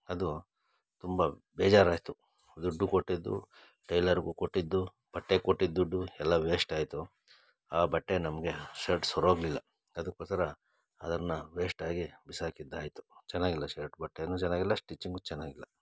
ಅದು ತುಂಬ ಬೇಜಾರಾಯಿತು ದುಡ್ಡು ಕೊಟ್ಟಿದ್ದು ಟೈಲರ್ಗು ಕೊಟ್ಟಿದ್ದು ಬಟ್ಟೆಗೆ ಕೊಟ್ಟಿದ್ದು ದುಡ್ಡು ಎಲ್ಲ ವೇಸ್ಟಾಯಿತು ಆ ಬಟ್ಟೆ ನಮಗೆ ಶರ್ಟ್ ಸರಿ ಹೋಗಲಿಲ್ಲ ಅದಕ್ಕೋಸ್ಕರ ಅದನ್ನು ವೇಸ್ಟಾಗಿ ಬಿಸಾಕಿದ್ದಾಯಿತು ಚೆನ್ನಾಗಿಲ್ಲ ಶರ್ಟ್ ಬಟ್ಟೇನೂ ಚೆನ್ನಾಗಿಲ್ಲ ಸ್ಟಿಚ್ಚಿಂಗೂ ಚೆನ್ನಾಗಿಲ್ಲ